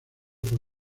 por